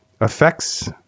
affects